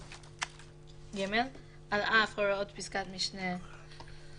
(ב) (ג)על אף הוראות פסקת משנה (א),